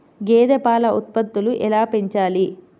గేదె పాల ఉత్పత్తులు ఎలా పెంచాలి?